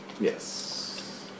yes